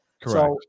Correct